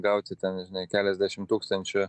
gauti ten žinai keliasdešim tūkstančių